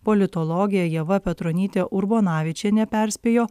politologė ieva petronytė urbonavičienė perspėjo